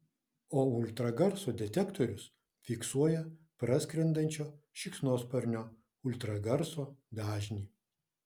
o ultragarso detektorius fiksuoja praskrendančio šikšnosparnio ultragarso dažnį